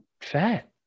fat